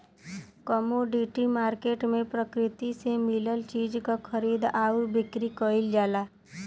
commodity market में प्रकृति से मिलल चीज क खरीद आउर बिक्री कइल जाला